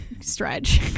stretch